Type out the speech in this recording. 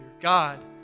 God